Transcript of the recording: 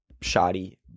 Shoddy